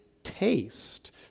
taste